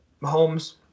Mahomes